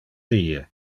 die